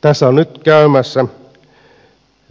tässä on nyt käymässä